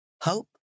Hope